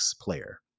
player